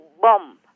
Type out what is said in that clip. bomb